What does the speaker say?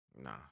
nah